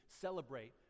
celebrate